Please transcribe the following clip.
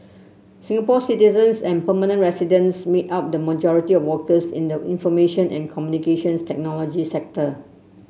Singapore citizens and permanent residents make up the majority of workers in the information and Communications Technology sector